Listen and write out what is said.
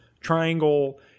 triangle